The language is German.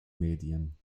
medien